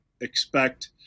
expect